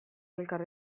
elkar